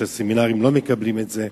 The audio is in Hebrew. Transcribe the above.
שהסמינרים לא מקבלים את זה,